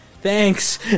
thanks